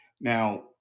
Now